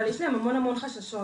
אבל יש להם המון המון חששות.